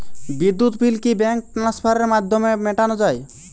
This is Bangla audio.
বিদ্যুৎ বিল কি ব্যাঙ্ক ট্রান্সফারের মাধ্যমে মেটানো য়ায়?